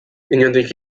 inondik